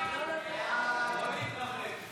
ההצעה להעביר את